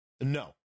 no